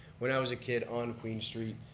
when i was a kid, on queen street.